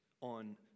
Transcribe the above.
on